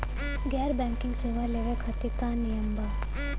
गैर बैंकिंग सेवा लेवे खातिर का नियम बा?